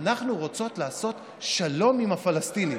אנחנו רוצות לעשות שלום עם הפלסטינים,